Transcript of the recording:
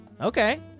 Okay